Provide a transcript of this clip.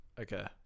Okay